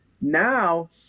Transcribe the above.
Now